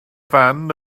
fan